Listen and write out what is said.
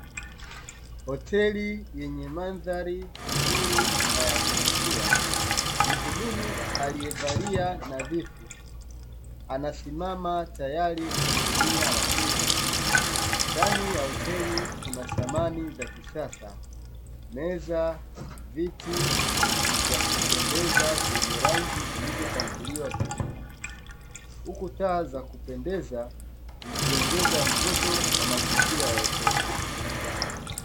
Hoteli yenye mandhari nzuri na ya kuvutia. Muhudumu aliye valia nadhifu anasimama tayari kuhudumia wateja, ndani ya Hoteli kuna Samani za kisasa meza, viti vya kupendeza vyenye rangi zilizopangiliwa vizuri, huku taa za kupendeza zikiongeza mvuto wa mazingira ya Hoteli.